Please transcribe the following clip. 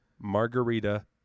Margarita